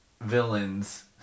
villains